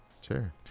sure